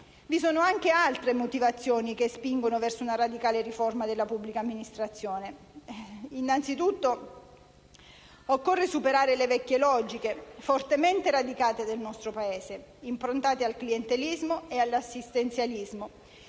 Vi sono anche altre motivazioni che spingono verso una radicale riforma della pubblica amministrazione. Anzitutto, occorre superare le vecchie logiche, fortemente radicate nel nostro Paese, improntate al clientelismo e all'assistenzialismo,